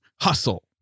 Hustle